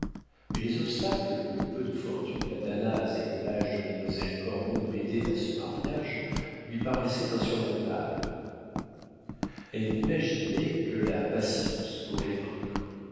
mais les obstacles que le peu de fortune d'athanase et que l'âge de mademoiselle cormon mettaient à ce mariage lui paraissaient insurmontables elle n'imaginait que la patience pour les vaincre